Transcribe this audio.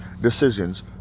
decisions